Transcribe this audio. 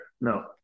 No